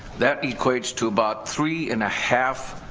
that equates to about three and a half